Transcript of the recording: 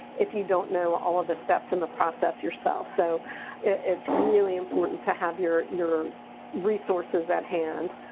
if you don't know all of the steps in the process yourself. so it's really important to have your your resources at hand.